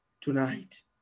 tonight